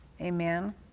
Amen